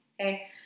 Okay